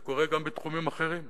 זה קורה גם בתחומים אחרים.